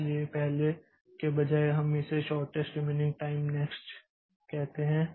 इसलिए पहले के बजाय हम इसे शॉर्टेस्ट रिमेनिंग टाइम नेक्स्ट कहते हैं